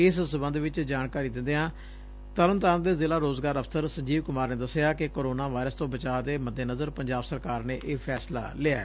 ਇਸ ਸਬੰਧ ਵਿੱਚ ਜਾਣਕਾਰੀ ਦਿੰਦਿਆਂ ਤਰਨਤਾਰਨ ਦੇ ਜ਼ਿਲ਼ਾ ਰੋਜ਼ਗਾਰ ਅਫਸਰ ਸੰਜੀਵ ਕੁਮਾਰ ਨੇ ਦੱਸਿਆ ਕਿ ਕਰੋਨਾ ਵਇਰਸ ਤੋ ਬਚਾਅ ਦੇ ਮੱਦੇਨਜ਼ਰ ਪੰਜਾਬ ਸਰਕਾਰ ਨੇ ਇਹ ਫੈਸਲਾ ਲਿਐ